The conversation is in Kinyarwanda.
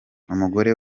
umugore